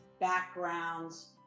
backgrounds